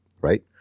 Right